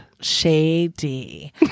Shady